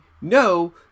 no